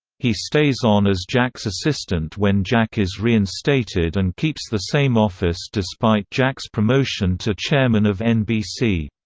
he stays on as jack's assistant when jack is reinstated and keeps the same office despite jack's promotion to chairman of nbc.